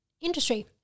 industry